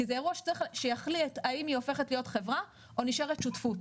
כי זה אירוע שיחליט האם היא הופכת להיות חברה או נשארת שותפות.